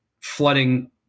flooding